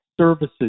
services